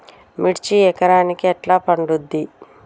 మిర్చి ఎకరానికి ఎట్లా పండుద్ధి?